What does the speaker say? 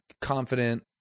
confident